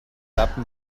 lappen